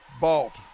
Balt